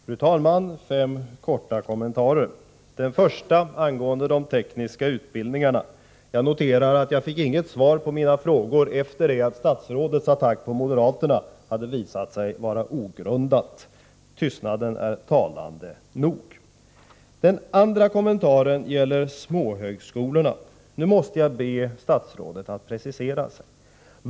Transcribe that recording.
Fru talman! Jag skall ge fem korta kommentarer. Den första avser de tekniska utbildningarna. Jag noterade att jag, efter det att statsrådets attack på moderaterna hade visat sig vara ogrundad, inte fick något svar på mina frågor. Tystnaden är talande nog. Den andra kommentaren gäller de små högskolorna. Nu måste jag be statsrådet att precisera sig.